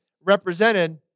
represented